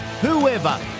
whoever